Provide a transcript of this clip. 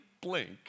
blink